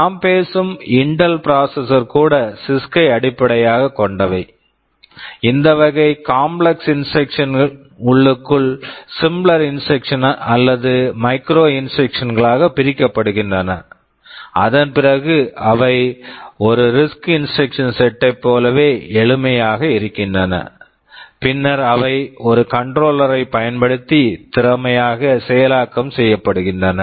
நாம் பேசும் Intel processors Intel processors கூட சிஸ்க்CISC ஐ அடிப்படையாகக் கொண்டவை இந்த வகை காம்ப்லெக்ஸ் complex இன்ஸ்ட்ரக்க்ஷன்ஸ் instructions உள்ளுக்குள் சிம்ப்ளர் இன்ஸ்ட்ரக்க்ஷன்ஸ் simpler instructions அல்லது மைக்ரோ இன்ஸ்ட்ரக்க்ஷன்ஸ் micro instructions களாக பிரிக்கப்படுகின்றன அதன் பிறகு அவை ஒரு risk RISC instruction செட்டைப் instruction set போலவே எளிமையாக இருக்கின்றன பின்னர் அவை ஒரு கண்ட்ரோலர் controller ஐ பயன்படுத்தி திறமையாக செயலாக்கம் செய்யப்படுகின்றன